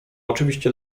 oczywiście